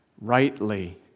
rightly